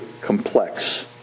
complex